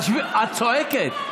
את צועקת.